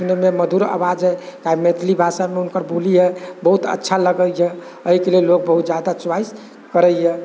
सुनैमे मधुर आवाज हइ काहे मैथिली भाषामे हुनकर बोली हइ बहुत अच्छा लगैए एहिके लेल लोक बहुत ज्यादा चुआइस करैए